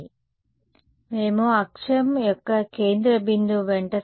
విద్యార్థి సార్ ఇప్పుడు మేము వీటిని అమలు చేయడం ద్వారా విలువను లెక్కించాము